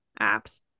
apps